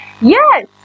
Yes